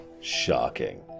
Shocking